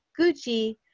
Gucci